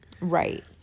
Right